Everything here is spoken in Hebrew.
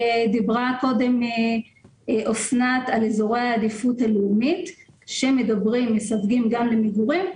דיברה קודם אסנת על אזורי העדיפות הלאומית שמדברים גם על מגורים.